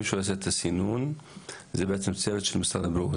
מי שעושה את הסינון זה בעצם צוות של משרד הבריאות?